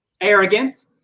arrogant